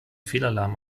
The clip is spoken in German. fehlalarm